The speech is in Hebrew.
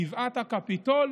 גבעת הקפיטול